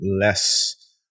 less